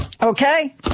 Okay